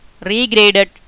regraded